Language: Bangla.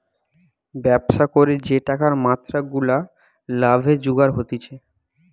ব্যবসা করে যে টাকার মাত্রা গুলা লাভে জুগার হতিছে